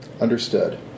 Understood